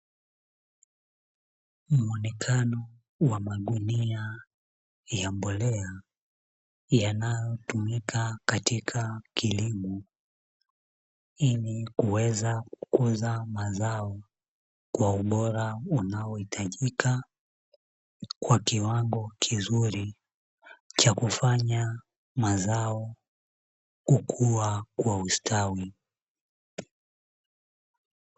Muonekano wa magunia ya mbolea yanayotumika katika kilimo, ili kuweza kukuza mazao kwa ubora unaohitajika kwa kiwango kizuri cha kufanya mazao kukua kwa ustawi.